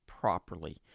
properly